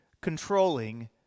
controlling